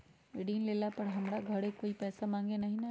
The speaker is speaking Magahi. ऋण लेला पर हमरा घरे कोई पैसा मांगे नहीं न आई?